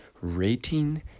rating